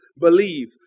believe